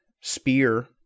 spear